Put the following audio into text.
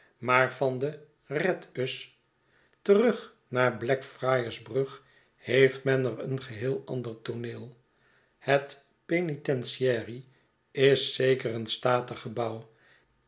maar van de red us terug naar blackfriarsbrug heeft men een geheel ander tooneel het penitentiary is zeker een st'atig